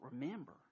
remember